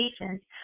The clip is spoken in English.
patients